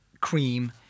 cream